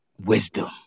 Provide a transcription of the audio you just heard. Wisdom